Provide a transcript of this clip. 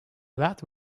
that